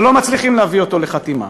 אבל לא מצליחים להביא אותו לחתימה.